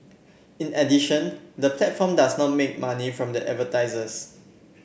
in addition the platform does not make money from the advertisers